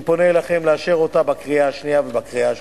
אני פונה אליכם לאשר אותה בקריאה השנייה ובקריאה השלישית.